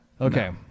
Okay